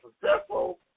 successful